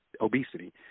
obesity